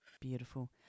Beautiful